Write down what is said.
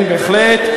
כן, בהחלט.